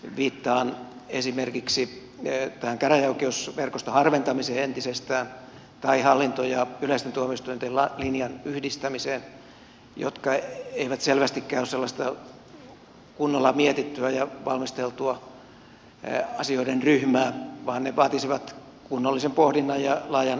viittaan esimerkiksi tämän käräjäoikeusverkoston harventamiseen entisestään ja hallinto ja yleisten tuomioistuinten linjan yhdistämiseen jotka eivät selvästikään ole sellaista kunnolla mietittyä ja valmisteltua asioiden ryhmää vaan ne vaatisivat kunnollisen pohdinnan ja laajan yhteiskunnallisen keskustelun